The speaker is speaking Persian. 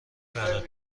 برات